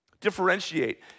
differentiate